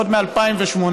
עוד מ-2018.